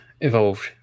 evolved